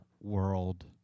world